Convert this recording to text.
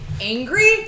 angry